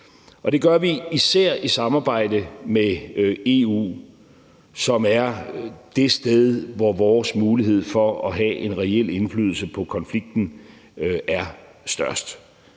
Det gør vi især i samarbejde med EU, som er det sted, hvor vores mulighed for at have en reel indflydelse på konflikten er størst.